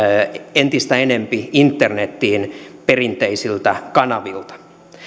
entistä enempi internetiin perinteisiltä kanavilta